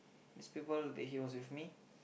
these people that he was with me